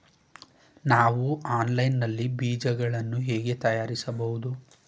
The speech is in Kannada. ನಾವು ಆನ್ಲೈನ್ ನಲ್ಲಿ ಬೀಜಗಳನ್ನು ಹೇಗೆ ಖರೀದಿಸಬಹುದು?